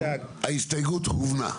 ההסתייגות הובנה.